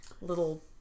little